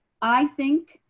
i think,